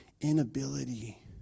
inability